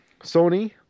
Sony